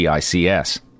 TICS